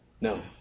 No